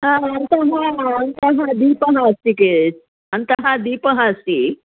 हा अन्तः अन्तः दीपः अस्ति के अन्तः दीपः अस्ति